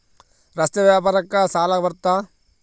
ರಸ್ತೆ ವ್ಯಾಪಾರಕ್ಕ ಸಾಲ ಬರುತ್ತಾ?